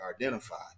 identified